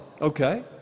okay